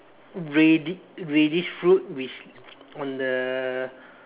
reddish reddish fruit which on the